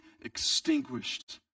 extinguished